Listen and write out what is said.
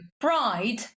bride